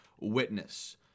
witness